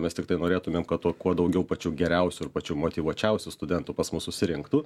mes tiktai norėtumėm kad to kuo daugiau pačių geriausių ir pačių motyvuočiausių studentų pas mus susirinktų